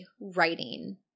writing